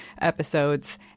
episodes